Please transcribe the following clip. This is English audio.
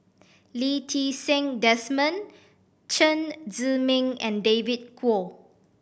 Lee Ti Seng Desmond Chen Zhiming and David Kwo